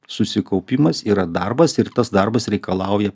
susikaupimas yra darbas ir tas darbas reikalauja